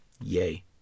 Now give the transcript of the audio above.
yay